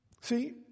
See